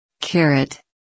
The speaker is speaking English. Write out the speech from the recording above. Carrot